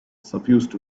suffused